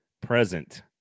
present